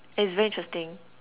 and it's very interesting